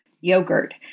yogurt